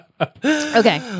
Okay